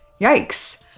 Yikes